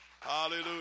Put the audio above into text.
Hallelujah